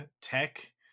tech